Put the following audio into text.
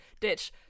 Ditch